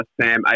Sam